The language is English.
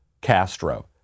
Castro